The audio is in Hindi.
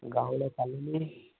गावड़ा कालोनी